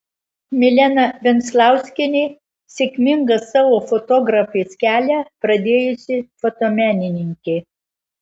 milena venclauskienė sėkmingą savo fotografės kelią pradėjusi fotomenininkė